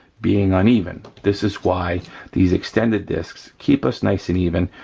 being uneven. this is why these extended discs keep us nice and even,